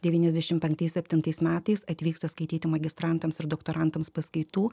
devyniasdešimt penktais septintais metais atvyksta skaityti magistrantams ir doktorantams paskaitų